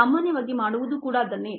ಸಾಮಾನ್ಯವಾಗಿ ಮಾಡುವುದು ಕೂಡ ಅದನ್ನೇ